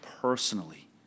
personally